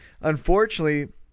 unfortunately